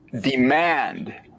demand